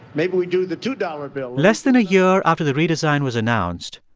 maybe we do the two dollars bill. less than a year after the redesign was announced,